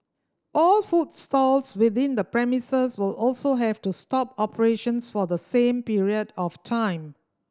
all food stalls within the premises will also have to stop operations for the same period of time